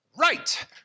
Right